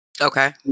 Okay